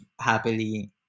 happily